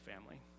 family